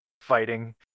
fighting